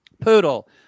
Poodle